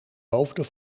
hoofden